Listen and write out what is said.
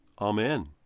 Amen